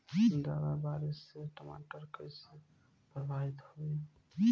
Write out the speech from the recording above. ज्यादा बारिस से टमाटर कइसे प्रभावित होयी?